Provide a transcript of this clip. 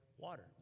water